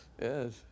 Yes